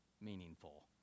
meaningful